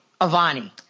Avani